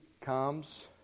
comes